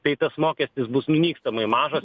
tai tas mokestis bus minikstamai mažas